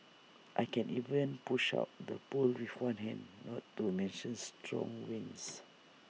I can even push out the poles with one hand not to mention strong winds